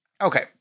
Okay